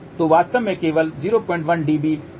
तो वास्तव में केवल 01 dB अंतर बोलने के लिये हैं